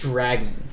Dragon